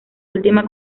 última